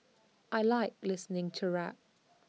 I Like listening to rap